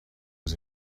was